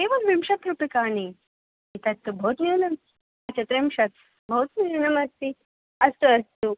केवल विंशत् रूप्यकाणि एतत् तु बहु न्यूनम् अच्छा त्रिंशत बहु न्यूनम् अस्ति अस्तु अस्तु